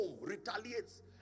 retaliates